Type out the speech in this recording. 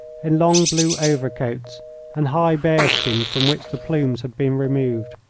in long blue overcoats and high bearskins from which the plumes had been removed.